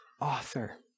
author